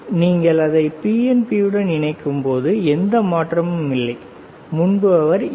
எனவே நீங்கள் அதை PNP உடன் இணைக்கும்போது எந்த மாற்றமும் இல்லை முன்பு அவர் என்